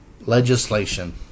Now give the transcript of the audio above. legislation